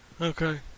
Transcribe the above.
Okay